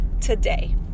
today